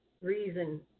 reason